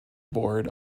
board